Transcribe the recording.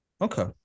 Okay